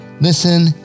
listen